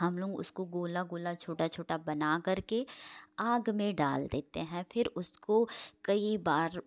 हमलोंग उसको गोला गोला छोटा छोटा बना कर के आग में डाल देते हैं फिर उसको कई बार